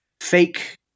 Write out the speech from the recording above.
fake